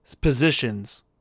positions